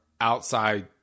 outside